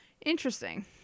Interesting